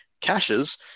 caches